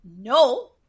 no